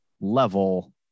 level